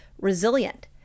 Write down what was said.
resilient